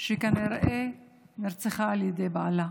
שכנראה נרצחה על ידי בעלה.